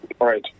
Right